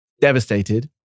devastated